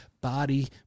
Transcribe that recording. body